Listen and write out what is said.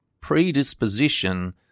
predisposition